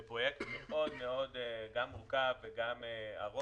זה פרויקט מאוד מאוד מורכב וארוך.